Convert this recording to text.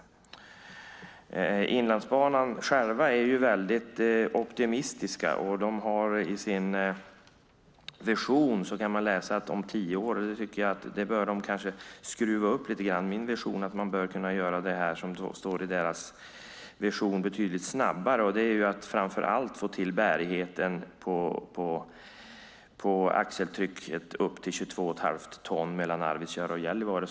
På Inlandsbanan är man själv väldigt optimistisk. I deras vision kan man läsa om vad de vill göra inom tio år. Jag tycker kanske att de bör skruva upp detta lite grann. Min vision är att man bör kunna göra det som står i visionen betydligt snabbare, och det handlar framför allt om att få till bärigheten på axeltrycket upp till 22 1⁄2 ton mellan Arvidsjaur och Gällivare.